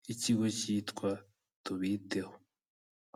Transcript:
bw'ikigo cyitwa Tubiteho.